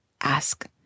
ask